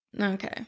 Okay